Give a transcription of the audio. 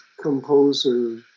composer